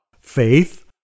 faith